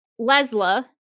Lesla